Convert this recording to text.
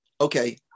okay